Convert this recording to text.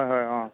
হয় হয় অঁ